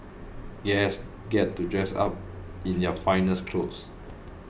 guests get to dress up in their finest clothes